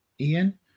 Ian